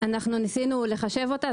ניסינו לחשב אותה,